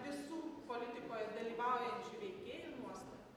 visų politikoje dalyvaujančių veikėjų nuostatas